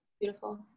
Beautiful